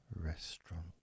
restaurant